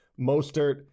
Mostert